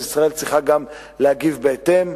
אז ישראל צריכה גם להגיב בהתאם.